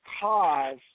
cause